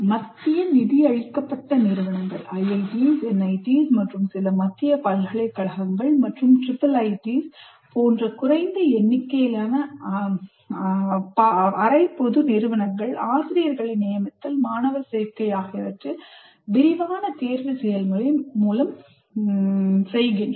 மத்திய நிதியளிக்கப்பட்ட நிறுவனங்கள் IIT's NIT's மற்றும் சில மத்திய பல்கலைக்கழகங்கள் மற்றும் IIIT's போன்ற குறைந்த எண்ணிக்கையிலான அரை பொது நிறுவனங்கள் ஆசிரியர்களை நியமித்தல் மாணவர் சேர்க்கை ஆகியவற்றை விரிவான தேர்வு செயல்முறை மூலம் செய்கின்றன